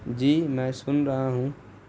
جی میں سن رہا ہوں